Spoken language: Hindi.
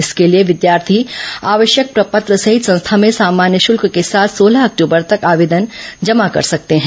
इसके लिए विद्यार्थी आवश्यक प्रपत्र सहित संस्था में सामान्य शुल्क के साथ सोलह अक्टूबर तक आवेदन जमा कर सकते हैं